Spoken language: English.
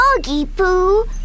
doggy-poo